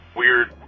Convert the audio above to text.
weird